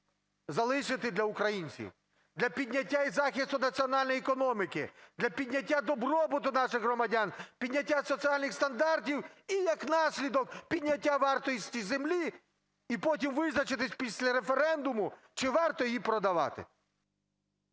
залишити для українців, для підняття і захисту національної економіки, для підняття добробуту наших громадян, підняття соціальних стандартів і, як наслідок, підняття вартості землі, і потім визначитися після референдуму, чи варто її продавати.